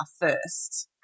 first